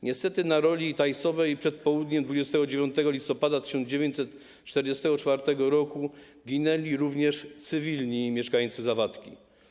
Niestety na roli Tajsowej przed południem 29 listopada 1944 r. ginęli również cywilni mieszkańcy Zawadki.